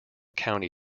county